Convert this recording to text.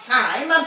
time